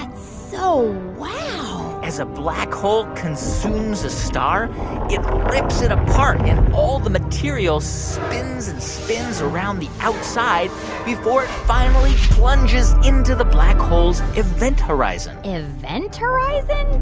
and so wow as a black hole consumes a star, it rips it apart, and all the material spins and spins around the outside before it finally plunges into the black hole's event horizon event horizon?